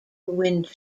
wind